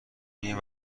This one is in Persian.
این